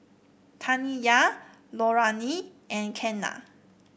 Taniyah Lorayne and Kenan